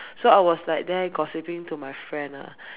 so I was like there gossiping to my friend lah